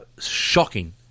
shocking